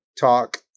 talk